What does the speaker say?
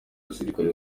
abasirikare